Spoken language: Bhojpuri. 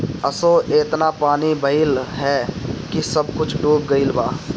असो एतना पानी भइल हअ की सब कुछ डूब गईल बा